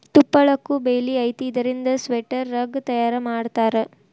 ತುಪ್ಪಳಕ್ಕು ಬೆಲಿ ಐತಿ ಇದರಿಂದ ಸ್ವೆಟರ್, ರಗ್ಗ ತಯಾರ ಮಾಡತಾರ